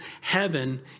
Heaven